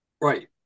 Right